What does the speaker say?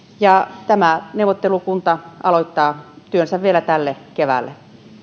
tämä neuvottelukunta aloittaa työnsä vielä tälle keväälle